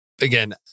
Again